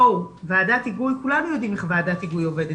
בואו, כולנו יודעים איך ועדת היגוי עובדת.